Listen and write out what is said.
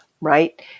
Right